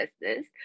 business